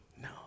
No